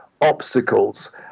obstacles